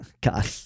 God